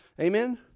Amen